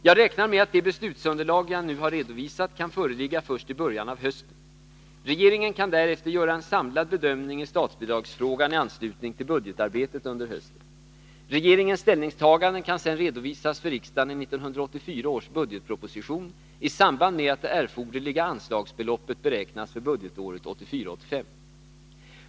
Jag räknar med att det beslutsunderlag som jag nu har redovisat kan föreligga först i början av hösten. Regeringen kan därefter göra en samlad bedömning i statsbidragsfrågan i anslutning till budgetarbetet under hösten. Regeringens ställningstaganden kan sedan redovisas för riksdagen i 1984 års budgetproposition i samband med att det erforderliga anslagsbeloppet beräknas för budgetåret 1984/85.